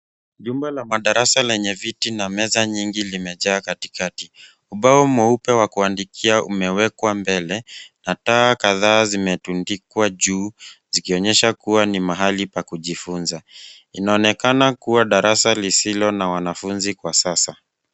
Jumba la madarasa lenye viti na meza nyingi limejaa katikati. Ubao mweupe wa kuandikia umewekwa mbele, na taa kadhaa zimetundikwa juu, zikionyesha kuwa ni mahali pa kujifunza. Inaonekana kuwa darasa lisilo na wanafunzi kwa sasa.